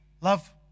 Love